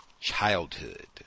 childhood